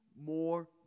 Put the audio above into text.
more